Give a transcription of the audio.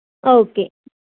okay